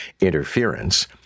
interference